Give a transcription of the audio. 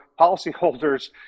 policyholders